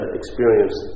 experience